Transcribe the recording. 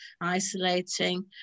isolating